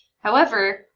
however,